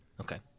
Okay